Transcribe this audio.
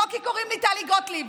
לא כי קוראים לא טלי גוטליב,